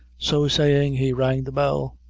so saying, he rang the bell,